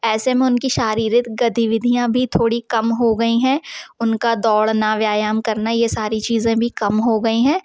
ऐसे में उनकी शारीरिक गतिविधियाँ भी थोड़ी कम हो गई हैं उनका दौड़ना व्यायाम करना ये सारी चीज़ें भी कम हो गई हैं